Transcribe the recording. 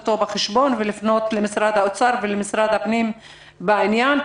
אותו בחשבון ולפנות למשרד האוצר ולמשרד הפנים בעניין,